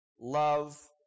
love